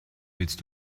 willst